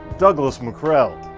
douglas mackrell.